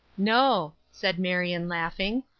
no, said marion, laughing.